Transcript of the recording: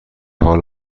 حال